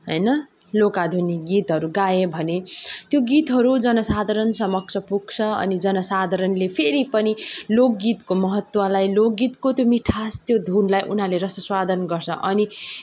होइन लोक आधुनिक गीतहरू गाए भने त्यो गीतहरू जनसाधारण समक्ष पुग्छ अनि जनसाधारणले फेरि पनि लोकगीतको महत्त्वलाई लोकगीतको त्यो मिठास त्यो धुनलाई उनीहरूले रसास्वादन गर्छ अनि